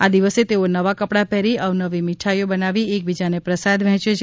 આ દિવસે તેઓ નવા કપડા પહેરી અવનવી મીઠાઇઓ બનાવી એકબીજાને પ્રસાદ વહેચે છે